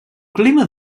clima